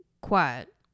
quiet